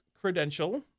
credential